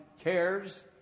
cares